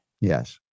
Yes